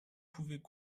pouvait